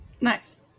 Nice